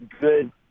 good